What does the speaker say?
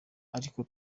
ariko